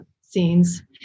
scenes